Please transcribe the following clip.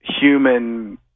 human